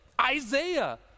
Isaiah